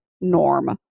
norm